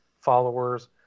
followers